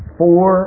four